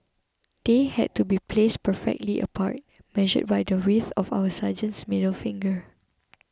they had to be placed perfectly apart measured by the width of our sergeants middle finger